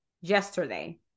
yesterday